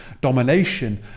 domination